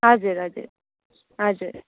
हजुर हजुर हजुर